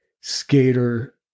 skater